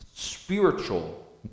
spiritual